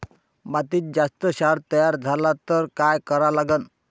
मातीत जास्त क्षार तयार झाला तर काय करा लागन?